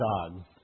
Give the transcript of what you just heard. dogs